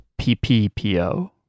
PPPO